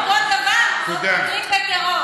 כל דבר פותרים בטרור.